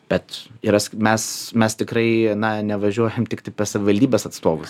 bet yra mes mes tikrai na nevažiuojam tiktai pas savivaldybės atstovus